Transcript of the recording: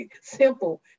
simple